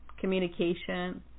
communication